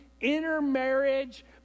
intermarriage